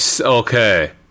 okay